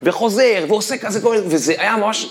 וחוזר, ועושה כזה גורל, וזה היה ממש...